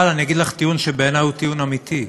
אבל אני אגיד לך טיעון, שבעיני הוא טיעון אמיתי: